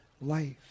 life